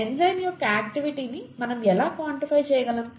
enzyme యొక్క activity ని మనం ఎలా క్వాన్టిఫై చేయగలం